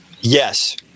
yes